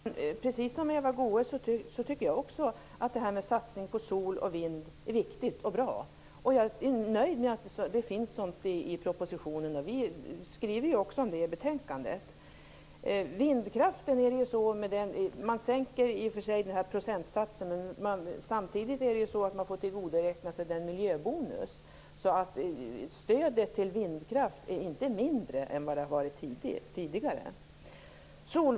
Fru talman! Precis som Eva Goës, tycker jag att en satsning på sol och vind är viktig och bra. Jag är nöjd med att det finns sådant i propositionen, och vi skriver också om det i betänkandet. För stödet till vindkraften sänks i och för sig procentsatsen, men samtidigt får man tillgodoräkna sig miljöbonus. Stödet till vindkraft är alltså inte mindre än vad det var tidigare.